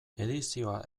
edizioa